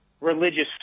religious